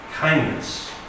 kindness